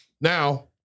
now